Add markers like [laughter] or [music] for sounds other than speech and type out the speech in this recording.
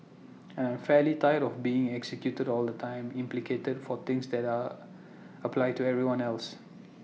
and I'm fairly tired of being executed all the time implicated for things that apply to everyone else [noise]